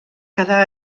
quedar